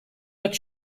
but